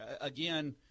Again